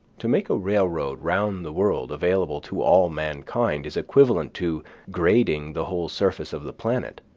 to make a railroad round the world available to all mankind is equivalent to grading the whole surface of the planet.